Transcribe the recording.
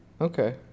Okay